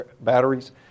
batteries